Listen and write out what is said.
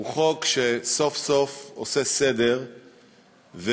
הוא חוק שסוף-סוף עושה סדר ומפריד